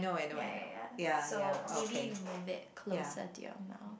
ya ya ya so maybe you move it closer to your mouth